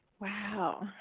Wow